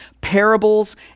parables